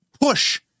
push